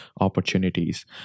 opportunities